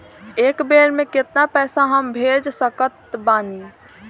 एक बेर मे केतना पैसा हम भेज सकत बानी?